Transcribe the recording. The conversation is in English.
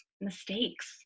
mistakes